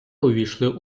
увійшли